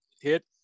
hit